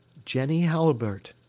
jenny halliburtt.